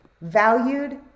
valued